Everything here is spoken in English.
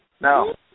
No